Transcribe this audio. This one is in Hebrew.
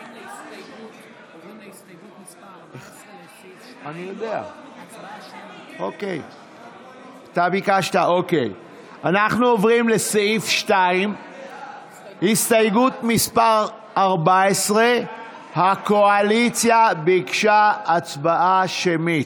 הסתייגות מס' 14. הקואליציה ביקשה הצבעה שמית.